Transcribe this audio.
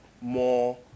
more